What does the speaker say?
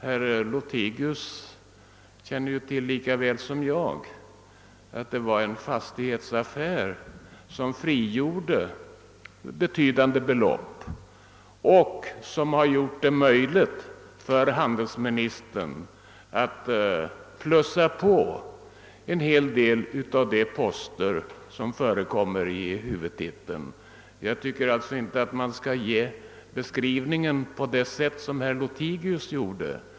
Herr Lothigius känner ju lika väl som jag till att det var en fastighetsaffär som frigjorde betydande belopp och möjliggjorde för handelsministern att presentera tillägg på en hel del av de poster som förekommer i huvudtiteln. Jag tycker inte man skall beskriva detta på det sätt herr Lothigius gjorde.